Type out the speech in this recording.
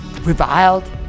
reviled